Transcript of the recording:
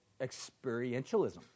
experientialism